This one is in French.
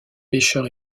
pêcheur